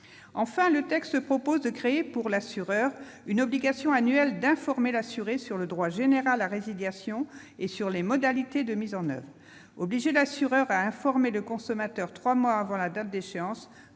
Enfin, le texte propose de créer pour l'assureur une obligation annuelle d'informer l'assuré sur le droit général à résiliation et sur les modalités de mise en oeuvre. Obliger l'assureur à informer le consommateur trois mois avant la date d'échéance,